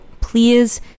please